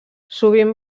sovint